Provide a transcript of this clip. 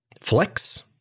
Flex